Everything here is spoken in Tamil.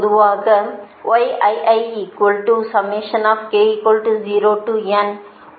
அந்த மூலைவிட்ட உறுப்புகள் இந்த உறுப்புகள் ஸெல்ப் அட்மிட்டன்ஸ் அல்லது டிரைவிங் பாயின்ட் அட்மிடன்ஸ் என்று அழைக்கப்படுகின்றன